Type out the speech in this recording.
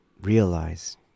realize